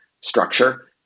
structure